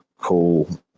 cool